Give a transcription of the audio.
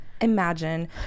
Imagine